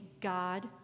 God